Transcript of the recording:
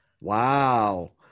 Wow